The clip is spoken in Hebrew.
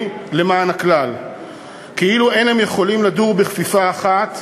למען הכלל כאילו אין הם יכולים לדור בכפיפה אחת,